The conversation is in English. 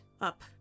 Up